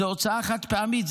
זו הוצאה חד-פעמית.